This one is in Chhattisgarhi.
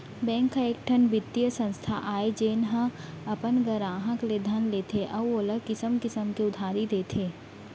बेंक ह एकठन बित्तीय संस्था आय जेन ह अपन गराहक ले धन लेथे अउ ओला किसम किसम के उधारी देथे